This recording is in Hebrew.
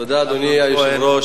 תודה, אדוני היושב-ראש.